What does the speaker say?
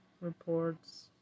reports